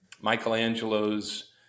Michelangelo's